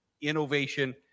innovation